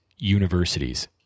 Universities